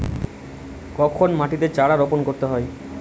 কখন মাটিতে চারা রোপণ করতে হয়?